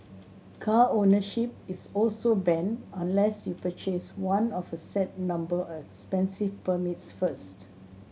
car ownership is also banned unless you purchase one of a set number of expensive permits first